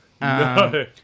No